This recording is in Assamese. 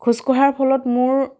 খোজকঢ়াৰ ফলত মোৰ